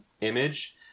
image